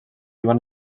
van